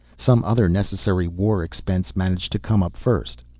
some other necessary war expense managed to come up first.